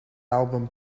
album